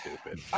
stupid